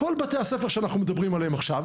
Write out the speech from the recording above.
כל בתי הספר האלה שעליהם אנחנו מדברים עכשיו,